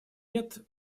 нет